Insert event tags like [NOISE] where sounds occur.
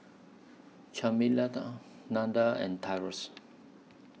[UNINTELLIGIBLE] and Tyrus